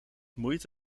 moeite